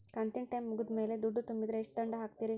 ಕಂತಿನ ಟೈಮ್ ಮುಗಿದ ಮ್ಯಾಲ್ ದುಡ್ಡು ತುಂಬಿದ್ರ, ಎಷ್ಟ ದಂಡ ಹಾಕ್ತೇರಿ?